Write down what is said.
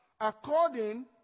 according